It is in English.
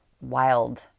wild